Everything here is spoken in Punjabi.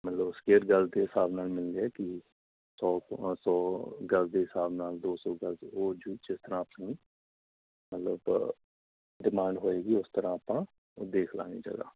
ਮਤਲਬ ਸਕੇਰ ਗਜ ਦੇ ਹਿਸਾਬ ਨਾਲ ਮਿਲਦੇ ਕਿ ਸੌ ਕੁ ਸੌ ਗਜ ਦੇ ਹਿਸਾਬ ਨਾਲ ਦੋ ਸੋ ਗਜ ਉਹ ਜਿਸ ਤਰ੍ਹਾਂ ਆਪਣੀ ਮਤਲਬ ਡਿਮਾਂਡ ਹੋਵੇਗੀ ਉਸ ਤਰ੍ਹਾਂ ਆਪਾਂ ਦੇਖ ਲਾਂਗੇ ਜਗ੍ਹਾ